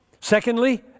secondly